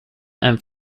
and